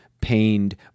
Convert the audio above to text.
pained